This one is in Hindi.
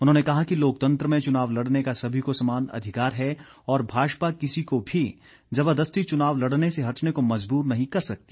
उन्होंने कहा कि लोकतंत्र में च्नाव लड़ने का सभी को समान अधिकार है और भाजपा किसी को भी जबरदस्ती चुनाव लड़ने से हटने को मजबूर नहीं कर सकती